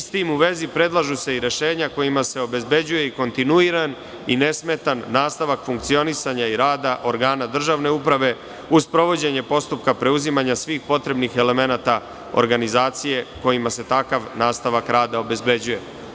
S tim u vezi, predlažu se i rešenja kojima se obezbeđuje i kontinuiran i nesmetan nastavak funkcionisanja i rada organa državne uprave, uz sprovođenje postupka preuzimanja svih potrebnih elemenata organizacije kojima se takav nastavak rada obezbeđuje.